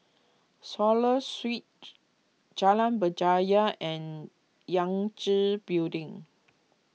Swallow Street Jalan Berjaya and Yangtze Building